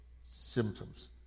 symptoms